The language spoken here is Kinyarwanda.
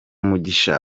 mugisha